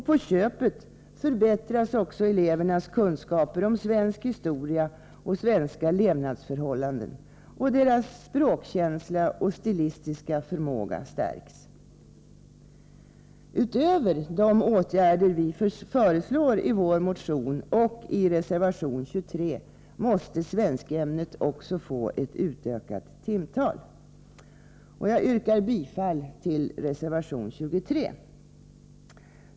På köpet förbättras också elevernas kunskaper om svensk historia och svenska levnadsförhållanden, och deras språkkänsla och stilistiska förmåga stärks. Utöver de åtgärder som vi föreslår i vår motion och i reservation 23 måste svenskämnet få ett utökat timtal. Jag yrkar bifall till reservation 23.